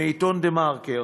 בעיתון "דה-מרקר"